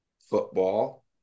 football